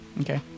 Okay